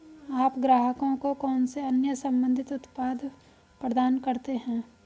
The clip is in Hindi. आप ग्राहकों को कौन से अन्य संबंधित उत्पाद प्रदान करते हैं?